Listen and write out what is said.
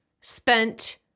spent